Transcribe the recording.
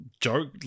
joke